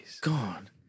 God